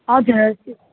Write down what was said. हजुर हजुर